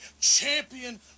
champion